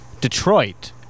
Detroit